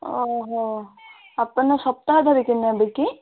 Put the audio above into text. ଓ ଆପଣ ସପ୍ତାହ ଧରିକି ନେବେକି